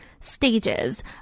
stages